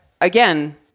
again